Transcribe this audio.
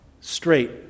straight